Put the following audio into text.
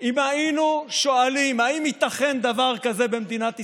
אם היינו שואלים אם ייתכן דבר כזה במדינת ישראל,